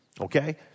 Okay